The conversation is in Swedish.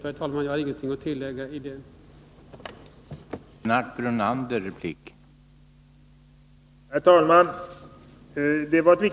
Jag har därför, herr talman, ingenting att tillägga i den delen.